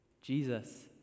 Jesus